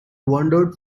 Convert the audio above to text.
wandered